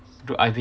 do I